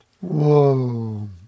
Whoa